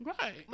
Right